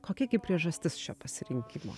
kokia gi priežastis šio pasirinkimo